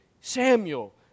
Samuel